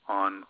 on